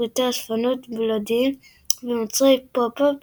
פריטי אספנות בלעדיים ומוצרי פופ-אפ